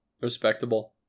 Respectable